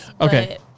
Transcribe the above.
okay